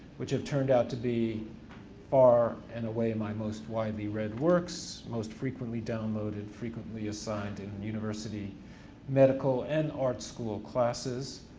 which have turned out to be far and away my most widely read works. most frequently downloaded, frequently assigned in university medical and art school classes.